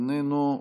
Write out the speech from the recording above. איננו,